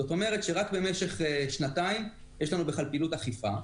זאת אומרת שרק במשך שנתיים יש לנו בכלל פעילות אכיפה.